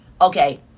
Okay